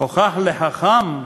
הוכח לחכם,